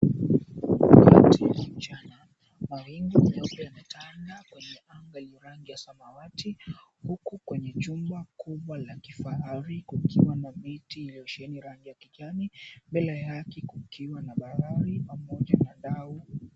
Miti ya mchana, mawingu meupe yanatanda kwenye anga rangi ya samawati, huku kwenye chumba kubwa la kifahari kukiwa na miti iliyo sheheni rangi ya kijani, mbele yake kukiwa na balari pamoja na dau.